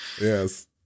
yes